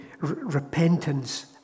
repentance